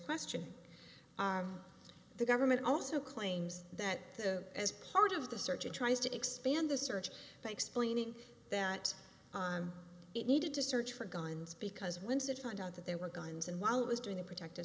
question the government also claims that the as part of the search and tries to expand the search by explaining that it needed to search for guns because once it found out that there were guns and while it was doing to protect a